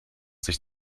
sich